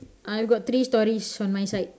I got three stories on my side